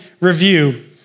review